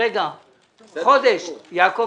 חודש, יעקבי.